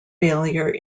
failure